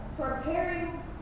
preparing